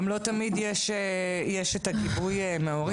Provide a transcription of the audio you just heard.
גם לא תמיד יש את הגיבוי מההורים.